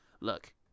Look